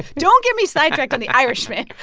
don't get me sidetracked on the irishman.